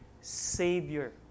Savior